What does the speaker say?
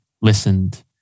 listened